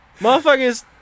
motherfuckers